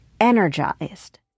energized